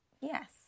Yes